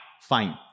fine